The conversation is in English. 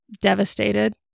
devastated